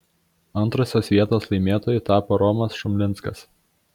antrosios vietos laimėtoju tapo romas šumlinskas